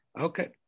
Okay